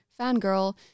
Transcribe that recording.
fangirl